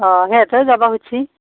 অ' সিহঁতেও যাব খুজিছে